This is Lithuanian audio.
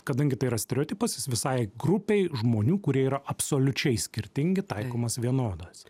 kadangi tai yra stereotipas jis visai grupei žmonių kurie yra absoliučiai skirtingi taikomas vienodas